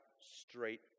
straight